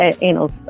anal